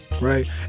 right